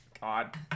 God